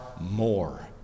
more